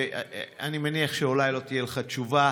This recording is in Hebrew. ואני מניח שאולי לא תהיה לך תשובה: